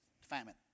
famine